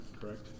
Correct